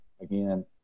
again